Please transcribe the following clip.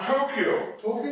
Tokyo